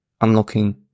Unlocking